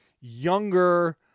younger